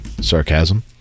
sarcasm